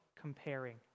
comparing